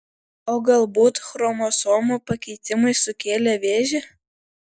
o galbūt chromosomų pakitimai sukėlė vėžį